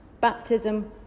Baptism